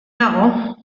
nago